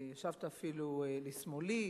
ישבת אפילו לשמאלי,